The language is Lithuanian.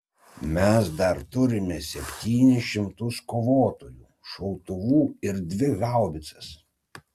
mes dar turime septynis šimtus kovotojų šautuvų ir dvi haubicas